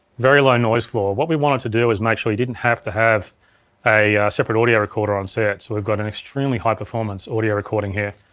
very low noise floor. what we wanted to do is make sure you didn't have to have a separate audio recorder on set, so we've got an extremely high performance audio recording here.